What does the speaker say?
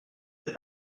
cet